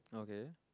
okay